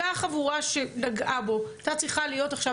אותה חבורה שנגעה בו הייתה צריכה להיות עכשיו